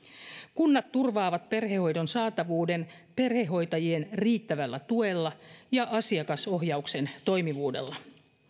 kunnat turvaavat perhehoidon saatavuuden perhehoitajien riittävällä tuella ja asiakasohjauksen toimivuudella